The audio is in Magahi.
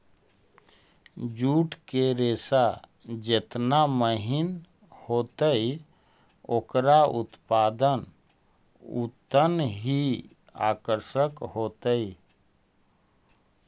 जूट के रेशा जेतना महीन होतई, ओकरा उत्पाद उतनऽही आकर्षक होतई